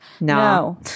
no